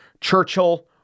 Churchill